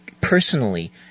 personally